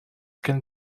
can